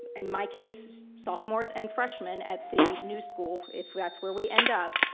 in my case, sophomores and freshmen at the new school, if that's where we end up.